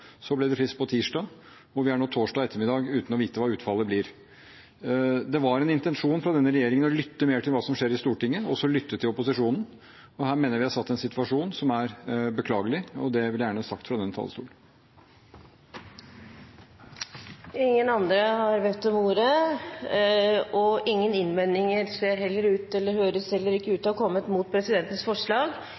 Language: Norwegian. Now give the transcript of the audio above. så ble det frist på tirsdag, og vi har nå torsdag ettermiddag uten å vite hva utfallet blir. Det var en intensjon fra denne regjeringen å lytte mer til hva som skjer i Stortinget og lytte til opposisjonen. Her mener jeg at vi er satt i en situasjon som er beklagelig, og det vil jeg gjerne ha sagt fra denne talerstolen. Flere har ikke bedt om ordet. Ingen innvendinger har framkommet mot presidentens forslag,